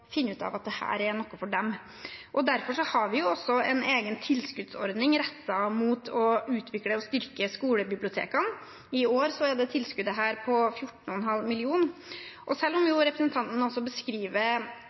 finne ut at dette er noe for dem. Derfor har vi også en egen tilskuddsordning rettet mot å utvikle og styrke skolebibliotekene. I år er dette tilskuddet på 14,5 mill. kr. Selv om